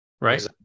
Right